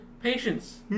patience